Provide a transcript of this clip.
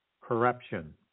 corruption